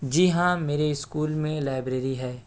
جی ہاں میرے اسکول میں لائبریری ہے